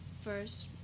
first